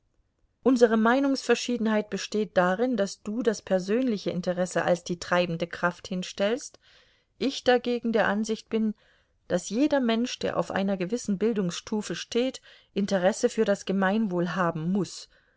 unsere meinungsverschiedenheit besteht darin daß du das persönliche interesse als die treibende kraft hinstellst ich dagegen der ansicht bin daß jeder mensch der auf einer gewissen bildungsstufe steht interesse für das gemeinwohl haben muß